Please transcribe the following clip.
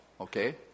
okay